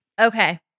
Okay